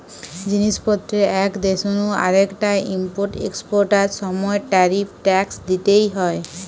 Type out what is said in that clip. জিনিস পত্রের এক দেশ নু আরেকটায় ইম্পোর্ট এক্সপোর্টার সময় ট্যারিফ ট্যাক্স দিইতে হয়